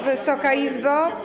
Wysoka Izbo!